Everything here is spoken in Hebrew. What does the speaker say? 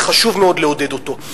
וחשוב מאוד לעודד אותו,